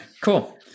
cool